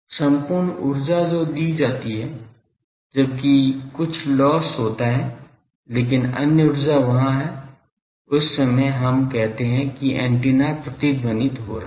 सम्पूर्ण ऊर्जा जो दी जाती है जबकि कुछ लॉस होता है लेकिन अन्य ऊर्जा वहाँ है उस समय हम कहते हैं कि एंटीना प्रतिध्वनित हो रहा है